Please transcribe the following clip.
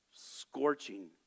scorching